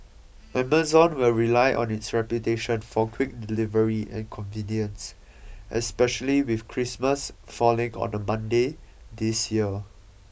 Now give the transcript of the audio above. Amazon will rely on its reputation for quick delivery and convenience especially with Christmas falling on a Monday this year